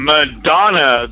Madonna